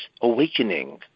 awakening